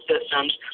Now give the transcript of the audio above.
systems